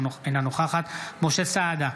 אינה נוכחת משה סעדה,